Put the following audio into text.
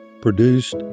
produced